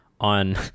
on